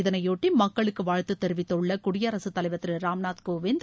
இதனையொட்டி மக்களுக்கு வாழ்த்து தெரிவித்துள்ள குடியரசுத் தலைவர் திரு ராம்நாத் கோவிந்த்